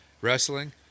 wrestling